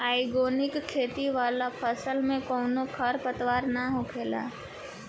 organic खेती वाला फसल में कवनो खर पतवार ना होखेला